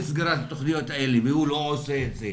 סגירת התוכניות האלו והוא לא עושה את זה.